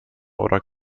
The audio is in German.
oder